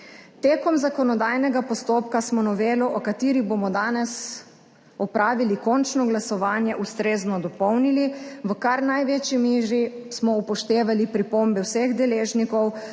Tekom zakonodajnega postopka smo novelo, o kateri bomo danes opravili končno glasovanje, ustrezno dopolnili. V kar največji meri smo upoštevali pripombe vseh deležnikov,